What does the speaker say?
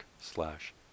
slash